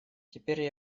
теперь